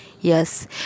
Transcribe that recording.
yes